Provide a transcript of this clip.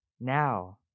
Now